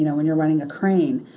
you know when you're running a crane,